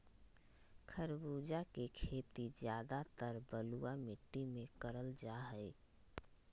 खरबूजा के खेती ज्यादातर बलुआ मिट्टी मे करल जा हय